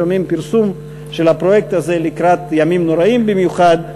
שומעים פרסום על הפרויקט הזה לקראת הימים הנוראים במיוחד,